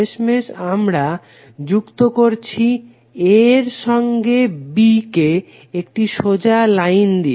শেষমেশ আমরা যুক্ত করছি a এর সঙ্গে b কে একটি সোজা লাইন দিয়ে